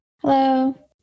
Hello